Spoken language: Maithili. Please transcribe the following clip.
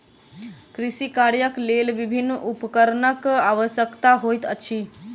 कृषि कार्यक लेल विभिन्न उपकरणक आवश्यकता होइत अछि